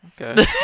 okay